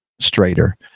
straighter